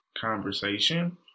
Conversation